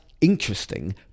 interesting